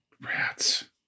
Rats